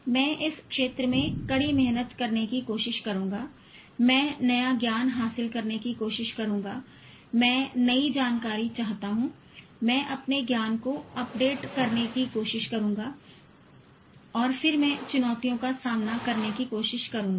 मैं इस क्षेत्र में कड़ी मेहनत करने की कोशिश करूंगा मैं नया ज्ञान हासिल करने की कोशिश करूंगा मैं नई जानकारी चाहता हूं मैं अपने ज्ञान को अपडेट करने की कोशिश करूंगा और फिर मैं चुनौतियों का सामना करने की कोशिश करूंगा